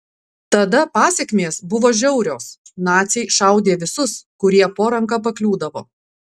tada pasekmės buvo žiaurios naciai šaudė visus kurie po ranka pakliūdavo